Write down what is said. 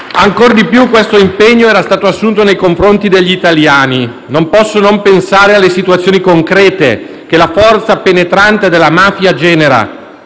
Ancor di più questo impegno era stato assunto nei confronti degli italiani. Non posso non pensare alle situazioni concrete che la forza penetrante della mafia genera.